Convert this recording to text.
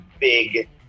big